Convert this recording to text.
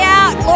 out